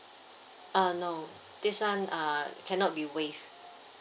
uh no this [one] uh cannot be waived